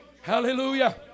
Hallelujah